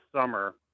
summer